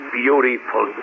beautiful